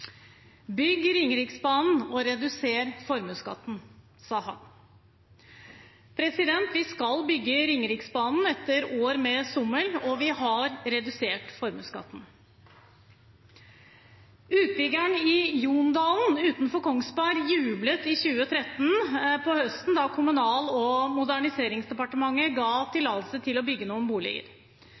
bygge Ringeriksbanen, etter år med sommel, og vi har redusert formuesskatten. Utbyggeren i Jondalen utenfor Kongsberg jublet høsten 2013 da Kommunal- og moderniseringsdepartementet ga tillatelse til å bygge noen boliger.